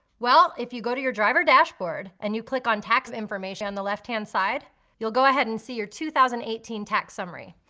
well, if you go to your driver dashboard and you click on tax information on the left-hand side you'll go ahead and see your two thousand and eighteen tax summary.